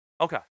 okay